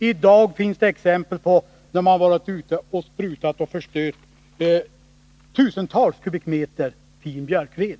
I dag finns det exempel på att man har varit ute och sprutat och förstört tusentals kubikmeter fin björkved.